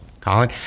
Colin